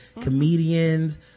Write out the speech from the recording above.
comedians